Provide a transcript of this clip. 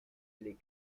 les